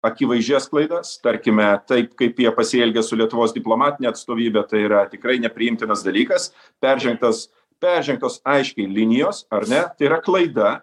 akivaizdžias klaidas tarkime taip kaip jie pasielgė su lietuvos diplomatine atstovybe tai yra tikrai nepriimtinas dalykas peržengtas peržengtos aiškiai linijos ar ne tai yra klaida